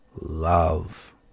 love